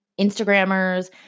Instagrammers